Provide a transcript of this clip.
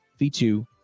V2